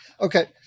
okay